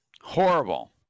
Horrible